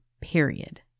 period